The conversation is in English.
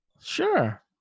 sure